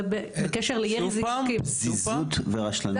זה בקשר לירי זיקוקים -- פזיזות ורשלנות?